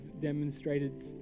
demonstrated